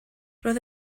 roedd